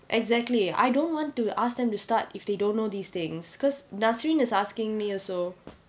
exactly I don't want to ask them to start if they don't know these things because nazreen is asking me also